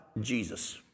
Jesus